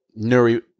Nuri